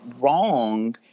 wrong